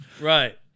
Right